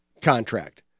contract